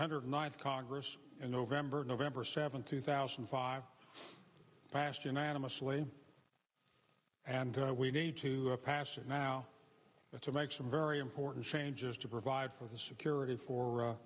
hundred ninth congress in november november seventh two thousand and five passed unanimously and we need to pass it now but to make some very important changes to provide for the security for